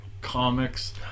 comics